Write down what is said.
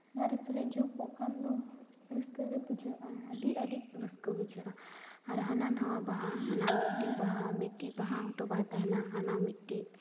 ᱫᱟᱨᱮ ᱯᱮᱨᱮᱡᱽ ᱡᱚ ᱠᱚᱜ ᱠᱷᱟᱱ ᱫᱚ ᱨᱟᱹᱥᱠᱟᱹ ᱜᱮ ᱵᱩᱡᱷᱟᱹᱜᱼᱟ ᱟᱹᱰᱤ ᱟᱹᱰᱤ ᱨᱟᱹᱥᱠᱟᱹ ᱵᱩᱡᱷᱟᱹᱜᱼᱟ ᱟᱨ ᱦᱟᱱᱟᱼᱱᱟᱣᱟ ᱵᱟᱦᱟ ᱦᱟᱱᱟ ᱢᱤᱫᱴᱤᱡ ᱵᱟᱦᱟ ᱢᱤᱫᱴᱤᱡ ᱵᱟᱦᱟ ᱦᱚᱸᱛᱚ ᱵᱟᱭ ᱛᱟᱦᱮᱱᱟ ᱦᱟᱱᱟ ᱢᱤᱫᱴᱤᱡ